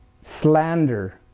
slander